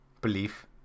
belief